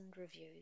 reviews